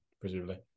presumably